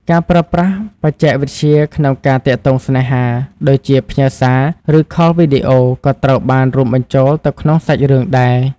ការប្រើប្រាស់បច្ចេកវិទ្យា ក្នុងការទាក់ទងស្នេហា ដូចជា ផ្ញើសារ ឬ ខល Video ក៏ត្រូវបានរួមបញ្ចូលទៅក្នុងសាច់រឿងដែរ។